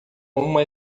uma